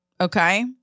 okay